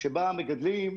שבה המגדלים,